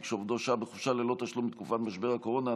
שעובדו שהה בחופשה ללא תשלום בתקופת משבר הקורונה),